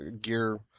gear